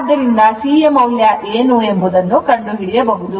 ಆದ್ದರಿಂದ C ಯ ಮೌಲ್ಯ ಏನು ಎಂದು ಕಂಡುಹಿಡಿಯಬಹುದು